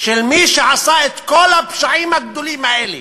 של מי שעשה את כל הפשעים הגדולים האלה,